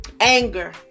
anger